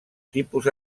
tipus